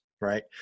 right